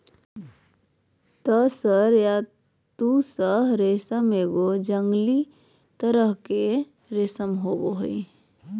तसर या तुसह रेशम एगो तरह के जंगली रेशम होबो हइ